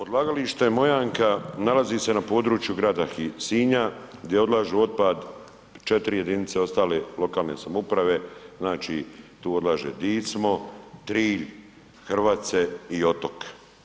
Odlagalište Mojanka nalazi se na području grada Sinja gdje odlažu otpadu 4 jedinice ostale lokalne samouprave, znači tu odlaže Dicmo, Trilj, Hrvace i Otok.